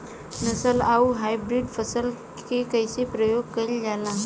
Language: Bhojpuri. नस्ल आउर हाइब्रिड फसल के कइसे प्रयोग कइल जाला?